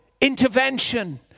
intervention